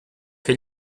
che